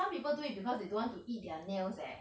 some people do it because they don't want to eat their nails eh